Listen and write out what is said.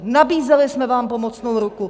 Nabízeli jsme vám pomocnou ruku.